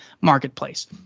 marketplace